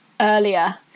earlier